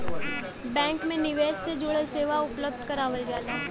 bank में निवेश से जुड़ल सेवा उपलब्ध करावल जाला